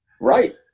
Right